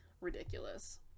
Ridiculous